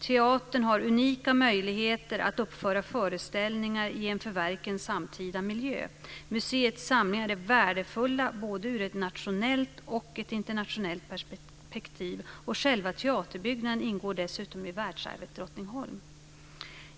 Teatern har unika möjligheter att uppföra föreställningar i en för verken samtida miljö. Museets samlingar är värdefulla, både ur ett nationellt och ett internationellt perspektiv. Själva teaterbyggnaden ingår dessutom i världsarvet Drottningholm.